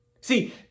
See